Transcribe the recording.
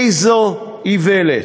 איזו איוולת.